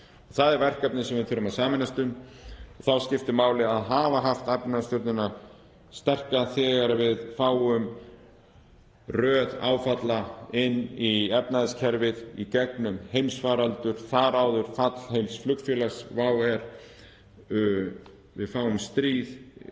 Það er verkefnið sem við þurfum að sameinast um. Þá skiptir máli að hafa haft efnahagsstjórnina sterka þegar við fáum röð áfalla í efnahagskerfinu í gegnum heimsfaraldur, þar áður fall heils flugfélags, WOW air. Við fáum stríð